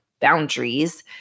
Boundaries